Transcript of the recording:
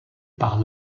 par